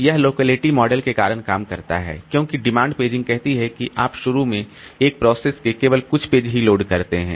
यह locality model के कारण काम करता है क्योंकि डिमांड पेजिंग कहती है कि आप शुरू में एक प्रोसेस के केवल कुछ पेज ही लोड करते हैं